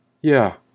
Yeah